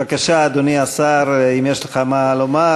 בבקשה, אדוני השר, אם יש לך מה לומר.